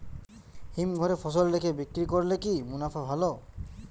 হিমঘরে ফসল রেখে বিক্রি করলে কি মুনাফা ভালো?